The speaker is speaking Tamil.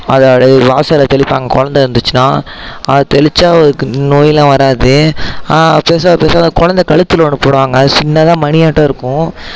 அதை அப்படியே வாசலில் தெளிப்பாங்க கொழந்தை இருந்துச்சுன்னா அது தெளித்தா அதுக்கு நோய்லாம் வராது பெருசாக பெருசாக கொழந்தை கழுத்தில் ஒன்று போடுவாங்க அது சின்னதாக மணியாட்டம் இருக்கும்